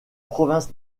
province